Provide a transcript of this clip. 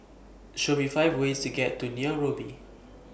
Show Me five ways to get to Nairobi